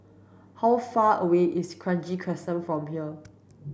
how far away is Kranji Crescent from here